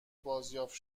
بازیافت